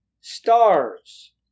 stars